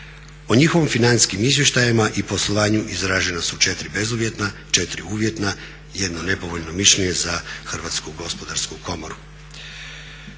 O njihovim financijskim izvještajima i poslovanju izražena su 4 bezuvjetna, 4 uvjetna, jedno nepovoljno mišljenje za Hrvatsku gospodarsku komoru.